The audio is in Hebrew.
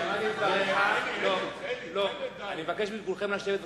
אני מבקש מכולכם לשבת במקומות.